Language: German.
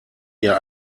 ihr